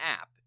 app